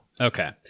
Okay